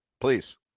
Please